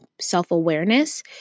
self-awareness